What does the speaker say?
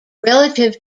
relative